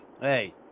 hey